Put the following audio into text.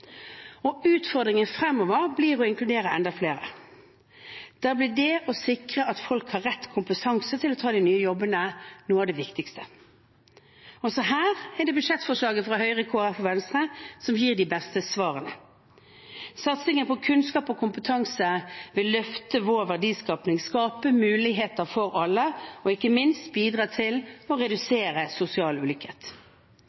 Utfordringen fremover blir å inkludere enda flere. Da blir det å sikre at folk har rett kompetanse til å ta de nye jobbene, noe av det viktigste. Også her er det budsjettforslaget fra Høyre, Kristelig Folkeparti og Venstre som gir de beste svarene. Satsingen på kunnskap og kompetanse vil løfte vår verdiskaping, skape muligheter for alle og ikke minst bidra til å